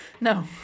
No